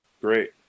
Great